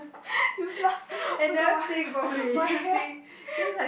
useless oh my god my my hair